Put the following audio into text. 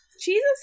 Jesus